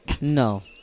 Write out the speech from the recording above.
No